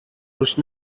روش